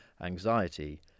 anxiety